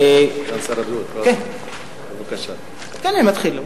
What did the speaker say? אני מתחיל.